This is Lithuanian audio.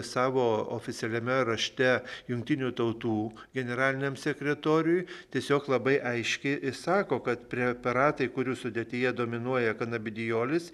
savo oficialiame rašte jungtinių tautų generaliniam sekretoriui tiesiog labai aiškiai išsako kad preparatai kurių sudėtyje dominuoja kanabidijolis